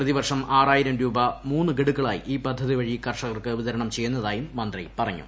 പ്രതിവർഷം ആറായിരം രൂപ മൂന്ന് ഗഡുക്കളായി ഈ പദ്ധതിവഴി കർഷകർക്ക് വിതരണം ചെയ്യുന്നതായും മന്ത്രി പറഞ്ഞു